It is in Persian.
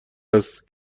است